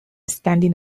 standing